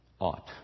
Ought